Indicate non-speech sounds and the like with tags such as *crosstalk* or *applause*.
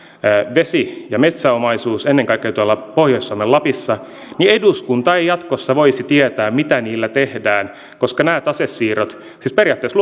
vesi ja metsäomaisuus ennen kaikkea tuolla pohjois suomen lapissa niin eduskunta ei jatkossa voisi tietää mitä niillä tehdään koska nämä tasesiirrot siis periaatteessa *unintelligible*